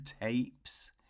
tapes